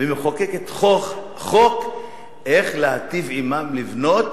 ומחוקקת חוק איך להיטיב עמם, לבנות